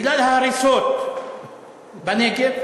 בגלל ההריסות בנגב,